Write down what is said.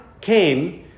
came